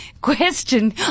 question